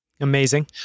Amazing